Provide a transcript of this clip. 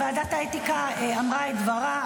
ועדת האתיקה אמרה את דברה.